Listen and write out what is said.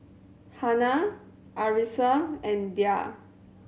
Hana Arissa and Dhia